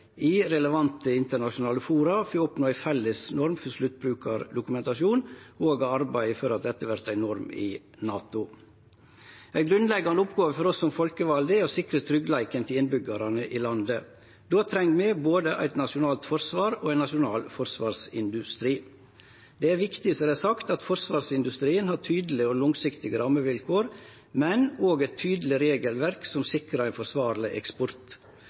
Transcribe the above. i relevante internasjonale forum for å oppnå ei felles norm for sluttbrukardokumentasjon og òg arbeider for at dette vert ei norm i NATO. Ei grunnleggjande oppgåve for oss som folkevalde er å sikre tryggleiken til innbyggjarane i landet. Då treng me både eit nasjonalt forsvar og ein nasjonal forsvarsindustri. Det er viktig, som det er sagt, at forsvarsindustrien har tydelege og langsiktige rammevilkår, men òg eit tydeleg regelverk som sikrar ein forsvarleg eksport.